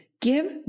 give